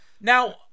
Now